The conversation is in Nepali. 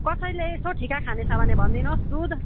कसैले यसो ठिका खाने छ भने भनिदिनुहोस् दुध